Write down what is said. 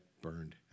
burned